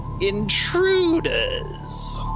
Intruders